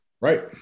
Right